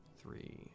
three